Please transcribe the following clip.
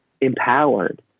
empowered